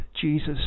Jesus